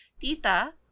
Tita